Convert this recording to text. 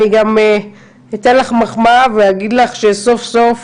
אני גם אתן לך מחמאה ואגיד לך שסוף סוף